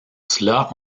cela